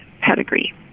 pedigree